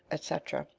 etc.